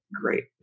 great